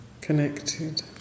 Connected